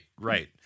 right